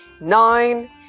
nine